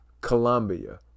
Colombia